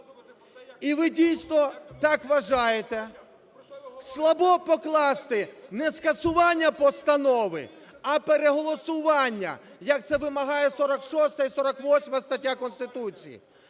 і ви дійсно так вважаєте, слабо покласти не скасування постанови, а переголосування, як це вимагає 46-а і 48-а статті Конституції.